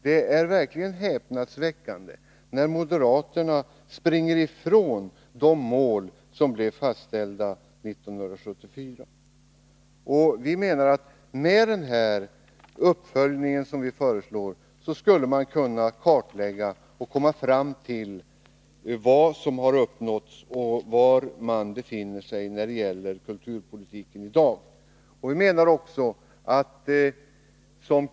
Det är verkligen häpnadsväckande när moderaterna springer ifrån de mål som blev fastställda 1974. Med den uppföljning som vi föreslår skulle man kunna kartlägga vad som har uppnåtts och var man befinner sig när det gäller kulturpolitiken i dag.